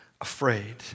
afraid